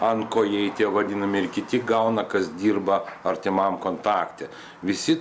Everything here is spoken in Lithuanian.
antkojai tie vadinami ir kiti gauna kas dirba artimam kontakte visi